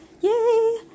yay